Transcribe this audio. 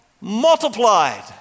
multiplied